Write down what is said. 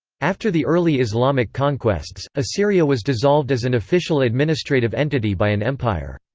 after the early islamic conquests, assyria was dissolved as an official administrative entity by an empire.